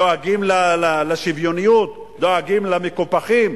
דואגים לשוויוניות, דואגים למקופחים.